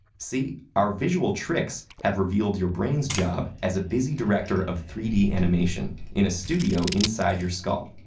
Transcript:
see? our visual tricks have revealed your brain's job as a busy director of three d animation in a studio inside your skull,